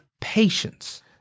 patience